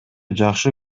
жакшы